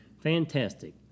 Fantastic